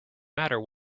matter